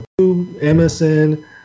MSN